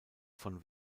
von